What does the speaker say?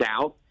South